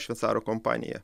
šveicarų kompanija